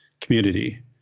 community